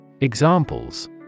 Examples